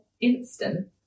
instant